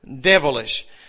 devilish